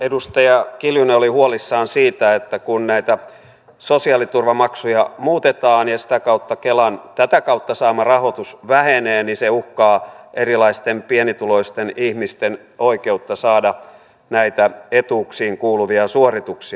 edustaja kiljunen oli huolissaan siitä että kun näitä sosiaaliturvamaksuja muutetaan ja sitä kautta kelan tätä kautta saama rahoitus vähenee niin se uhkaa erilaisten pienituloisten ihmisten oikeutta saada näitä etuuksiin kuuluvia suorituksia